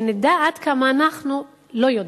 שנדע עד כמה אנחנו לא יודעים.